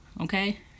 Okay